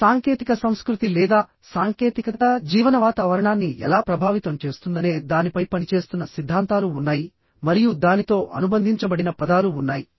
ఈ సాంకేతిక సంస్కృతి లేదా సాంకేతికత జీవన వాతావరణాన్ని ఎలా ప్రభావితం చేస్తుందనే దానిపై పనిచేస్తున్న సిద్ధాంతాలు ఉన్నాయి మరియు దానితో అనుబంధించబడిన పదాలు ఉన్నాయి